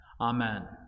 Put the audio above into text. Amen